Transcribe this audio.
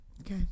Okay